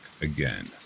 again